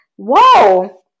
whoa